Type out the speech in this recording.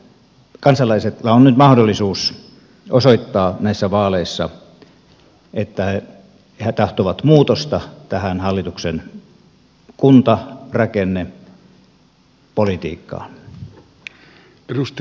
kansalaisilla on nyt mahdollisuus osoittaa näissä vaaleissa että he tahtovat muutosta tähän hallituksen kuntarakennepolitiikkaan